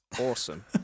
awesome